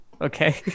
okay